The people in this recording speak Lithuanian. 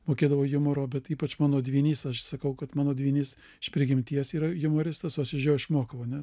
mokėdavo jumoro bet ypač mano dvynys aš sakau kad mano dvynys iš prigimties yra jumoristas o iš jo išmokau ane